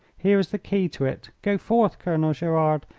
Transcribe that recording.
here is the key to it. go forth, colonel gerard,